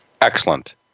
excellent